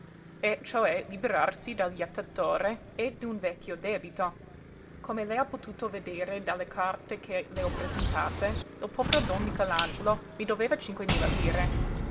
e cioè liberarsi del jettatore e d'un vecchio debito come lei ha potuto vedere dalle carte che le ho presentate il povero don michelangelo mi doveva cinque mila lire